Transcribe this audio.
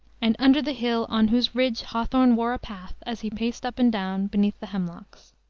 and under the hill on whose ridge hawthorne wore a path, as he paced up and down beneath the hemlocks.